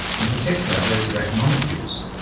in particular those of economic use,